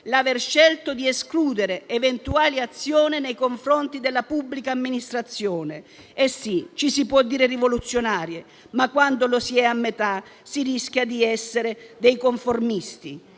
l'aver scelto di escludere eventuali azioni nei confronti della pubblica amministrazione. E sì: si può parlare di rivoluzionari ma, quando lo si è a metà, si rischia di essere dei conformisti.